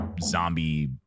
zombie